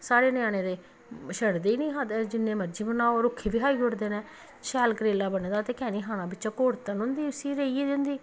साढ़े ञ्यानें ते छडदे निं जिन्ने मर्जी बनाओ रिक्के बी खाई ओड़दे नै शैल करेला बने दा होऐ ते की निं खाना बिच्च कौड़तन होंदी रेही गेदी होंदी